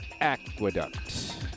Aqueduct